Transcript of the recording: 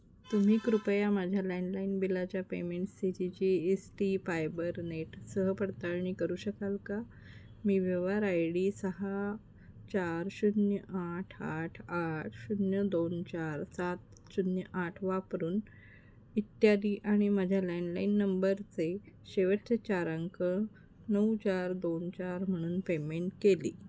तुम्ही कृपया माझ्या लँडलाईन बिलाच्या पेमेंट स्थितीची एसटी पायबरनेट सह पडताळणी करू शकाल का मी व्यवहार आय डी सहा चार शून्य आठ आठ आठ शून्य दोन चार सात शून्य आठ वापरून इत्यादी आणि माझ्या लँडलाईन नंबरचे शेवटचे चार अंक नऊ चार दोन चार म्हणून पेमेंट केले